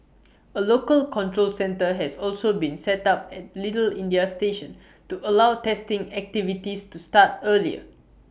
A local control centre has also been set up at little India station to allow testing activities to start earlier